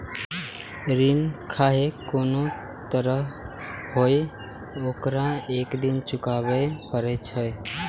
ऋण खाहे कोनो तरहक हुअय, ओकरा एक दिन चुकाबैये पड़ै छै